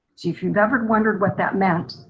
so if you've ever wondered what that meant,